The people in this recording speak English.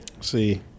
See